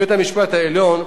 בית-המשפט העליון,